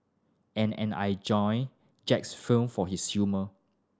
and and I enjoy Jack's film for his humour